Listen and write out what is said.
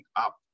up